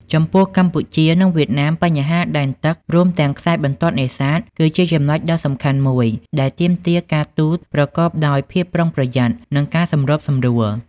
ចំពោះកម្ពុជា និងវៀតណាម បញ្ហាព្រំដែនទឹក រួមទាំងខ្សែបន្ទាត់នេសាទ គឺជាចំណុចដ៏សំខាន់មួយដែលទាមទារការទូតប្រកបដោយភាពប្រុងប្រយ័ត្ន និងការសម្របសម្រួល។